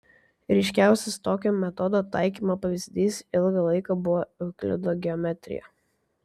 ryškiausias tokio metodo taikymo pavyzdys ilgą laiką buvo euklido geometrija